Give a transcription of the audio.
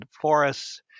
forests